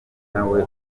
nawe